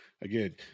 Again